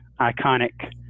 iconic